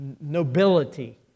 nobility